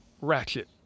Ratchet